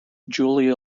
julia